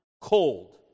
cold